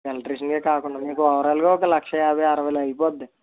ఎలక్ట్రిషన్కే కాకుండా మీకు ఓవరాల్గా ఒక లక్ష యాభై అరవైలో అయిపోతుంది